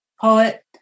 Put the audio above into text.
poet